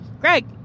Greg